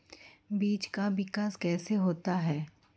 बीज का विकास कैसे होता है?